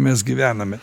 mes gyvename